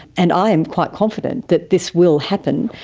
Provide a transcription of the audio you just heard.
and i am quite confident that this will happen.